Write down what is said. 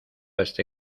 este